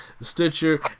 Stitcher